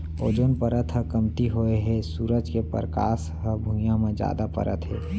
ozone परत ह कमती होए हे सूरज के परकास ह भुइयाँ म जादा परत हे